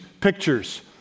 pictures